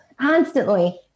constantly